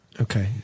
Okay